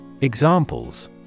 Examples